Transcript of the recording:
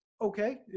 okay